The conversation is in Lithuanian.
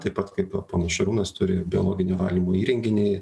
taip pat kaip ponas šarūnas turi biologinį valymo įrenginį